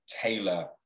tailor